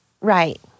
Right